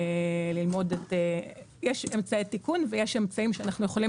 יש אמצעי תיקון ויש אמצעים שאנחנו יכולים